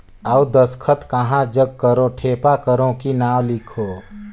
अउ दस्खत कहा जग करो ठेपा करो कि नाम लिखो?